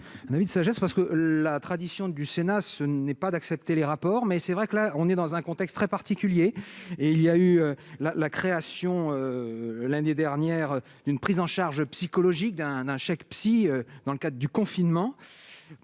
un avis de sagesse parce que la tradition du Sénat ce n'est pas d'accepter les rapports mais c'est vrai que là on est dans un contexte très particulier et il y a eu la la création l'année dernière, d'une prise en charge psychologique d'un d'un chèque psy dans le cas du confinement,